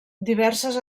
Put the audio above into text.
diverses